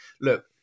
look